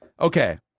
Okay